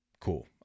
cool